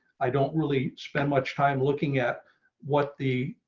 i don't really spend much time looking at what the